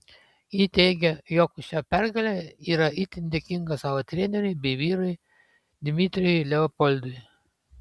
ji teigia jog už šią pergalę yra itin dėkinga savo treneriui bei vyrui dmitrijui leopoldui